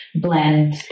blend